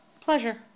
pleasure